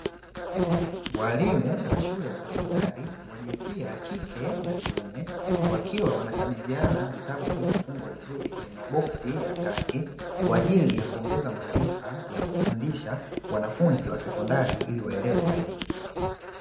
Walimu wa shule ya sekondari wa jinsia ya kike na kiume wakiwa wanakabidhiana vitabu vilivyofungwa vizuri kwenye maboksi ya kaki kwa ajili ya kuongeza maarifa ya kufundisha wanafunzi wa sekondari ili waelewe zaidi.